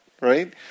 right